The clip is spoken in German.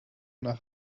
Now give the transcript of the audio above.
nach